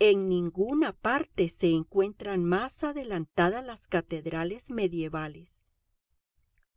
en ninguna parte se encuentran más adelantadas las catedrales medievales